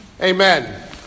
Amen